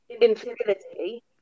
infertility